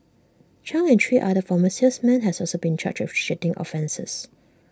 chung and three other former salesmen have also been charged with cheating offences